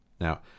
Now